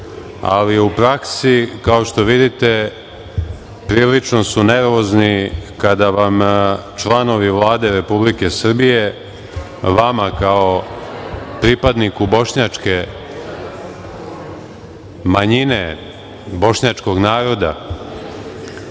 ali u praksi, kao što vidite, prilično su nervozni kada vam članovi Vlade Republike Srbije, vama kao pripadniku bošnjačke manjine, bošnjačkog naroda,